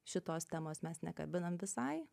šitos temos mes nekabinam visai